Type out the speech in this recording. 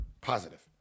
Positive